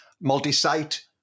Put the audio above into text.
multi-site